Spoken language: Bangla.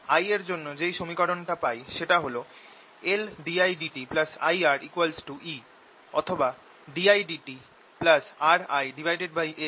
I এর জন্য যেই সমীকরণ টা পাই সেটা হল LdIdt IR E অথবা dIdt RLI EL